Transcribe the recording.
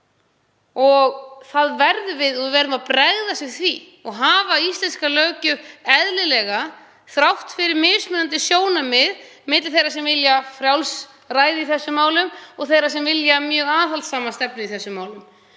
aðilum. Við verðum að bregðast við því og hafa íslenska löggjöf eðlilega. Þrátt fyrir mismunandi sjónarmið milli þeirra sem vilja frjálsræði í þessum málum og þeirra sem vilja mjög aðhaldssama stefnu í þessum málum